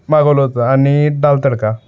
मागवलं होतं आणि दाल तडका